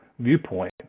viewpoint